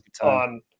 on